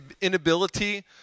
inability